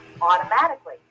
automatically